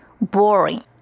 Boring